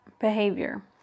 behavior